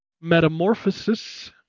Metamorphosis